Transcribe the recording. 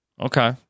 Okay